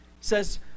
says